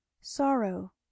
sorrow